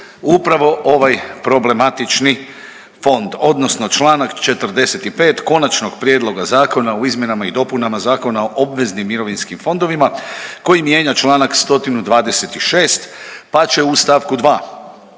upravo ovaj problematični fond, odnosno članak 45. Konačnog prijedloga zakona u izmjenama i dopunama Zakona o obveznim mirovinskim fondovima koji mijenja članak 126. pa će u stavku 2.